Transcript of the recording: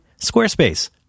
Squarespace